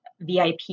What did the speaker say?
VIP